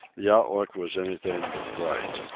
the outlook was anything but bright.